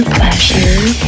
pleasure